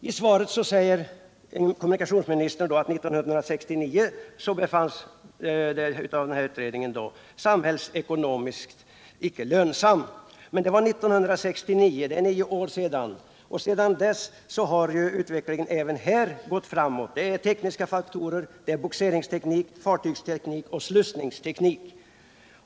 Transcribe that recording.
I svaret säger kommunikationsministern att en utbyggnad år 1969 inte ansågs vara samhällsekonomiskt lönsam. Men sedan dess har det gått nio år, och även på detta område har det pågått en utveckling. Det gäller t.ex. bogseringsteknik, fartygsteknik och slussningsteknik.